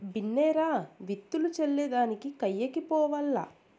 బిన్నే రా, విత్తులు చల్లే దానికి కయ్యకి పోవాల్ల